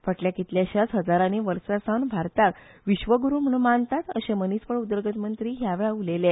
फाटल्या कितल्याश्याच हजारानी वर्सा सावन भारताक विश्वग़्रु म्हण मानतात अशे मनीसबळ उदरगत मंत्री ह्या वेळार उलयले